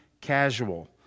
casual